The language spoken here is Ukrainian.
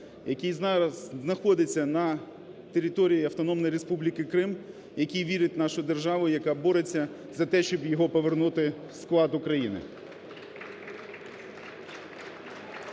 зараз знаходиться на території Автономної Республіки Крим, який вірить в нашу державу, яка бореться за те, щоб його повернути в склад України.